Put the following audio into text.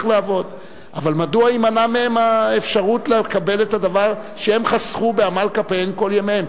אבל מדוע תימנע מהן האפשרות לקבל את הדבר שהן חסכו בעמל כפיהן כל ימיהן?